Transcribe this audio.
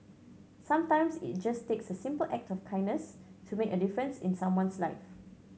sometimes it just takes a simple act of kindness to make a difference in someone's life